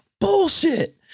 bullshit